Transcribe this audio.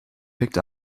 picked